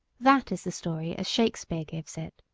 that is the story as shakespeare gives it.